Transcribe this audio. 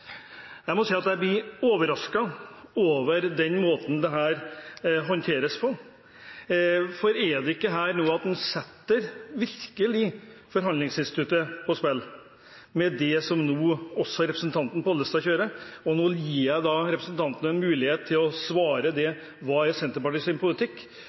jeg jo si at jeg har hegnet ganske sterkt rundt forhandlingsinstituttet, og jeg blir overrasket over den måten dette håndteres på. For er det ikke slik at en nå virkelig setter forhandlingsinstituttet på spill med det løpet som representanten Pollestad kjører? Nå gir jeg representanten en mulighet til å svare på hva som er Senterpartiets politikk,